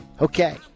Okay